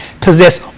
possess